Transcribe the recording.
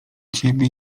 ciebie